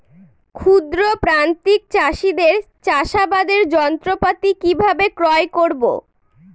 ক্ষুদ্র প্রান্তিক চাষীদের চাষাবাদের যন্ত্রপাতি কিভাবে ক্রয় করব?